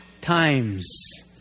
times